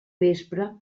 vespre